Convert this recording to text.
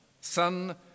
son